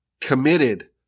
committed